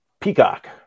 Peacock